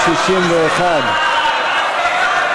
61 נגד.